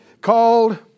called